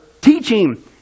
teaching